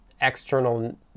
external